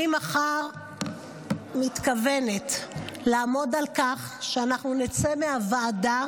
מחר אני מתכוונת לעמוד על כך שאנחנו נצא מהוועדה